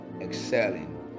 Excelling